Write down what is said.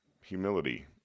humility